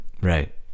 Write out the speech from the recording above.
right